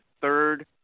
third